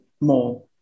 more